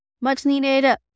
much-needed